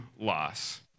loss